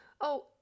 Oh